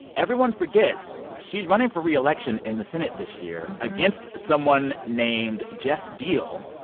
everyone forgets she's running for re-election in the senate this year against someone named geoff diehl.